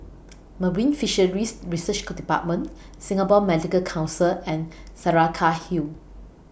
Marine Fisheries Research department Singapore Medical Council and Saraca Hill